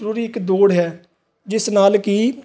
ਜ਼ਰੂਰੀ ਇੱਕ ਦੌੜ ਹੈ ਜਿਸ ਨਾਲ ਕਿ